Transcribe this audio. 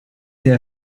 der